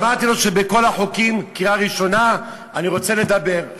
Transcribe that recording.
אמרתי לו שבכל החוקים לקריאה ראשונה אני רוצה לדבר,